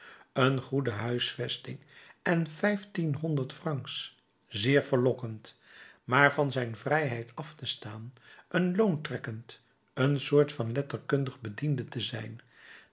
een goede huisvesting en vijftienhonderd francs zeer verlokkend maar van zijn vrijheid af te staan een loontrekkend een soort van letterkundig bediende te zijn